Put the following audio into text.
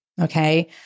Okay